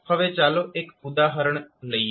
હવે ચાલો એક ઉદાહરણ લઈએ